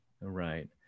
right